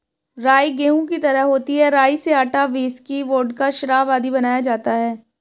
राई गेहूं की तरह होती है राई से आटा, व्हिस्की, वोडका, शराब आदि बनाया जाता है